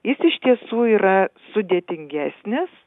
jis iš tiesų yra sudėtingesnis